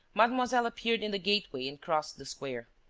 mademoiselle appeared in the gateway and crossed the square.